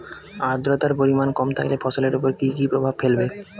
আদ্রর্তার পরিমান কম থাকলে ফসলের উপর কি কি প্রভাব ফেলবে?